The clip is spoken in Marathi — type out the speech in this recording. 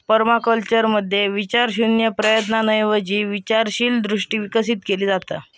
पर्माकल्चरमध्ये विचारशून्य प्रयत्नांऐवजी विचारशील दृष्टी विकसित केली जाता